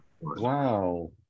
Wow